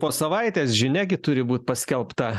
po savaitės žinia gi turi būt paskelbta